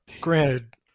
Granted